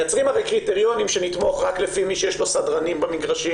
מייצרים הרי קריטריונים שנתמוך רק לפי מי שיש לו סדרנים במגרשים,